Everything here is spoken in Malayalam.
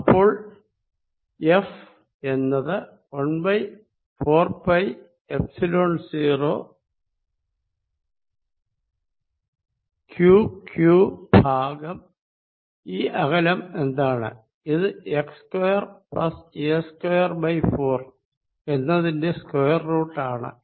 അപ്പോൾ F എന്നത് 14πϵ0 Q q ഭാഗം ഈ അകലം എന്താണ് ഇത് x സ്ക്വയർ a സ്ക്വയർ 4 എന്നതിന്റെ സ്ക്വയർറൂട്ട് ആണ്